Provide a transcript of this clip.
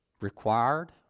required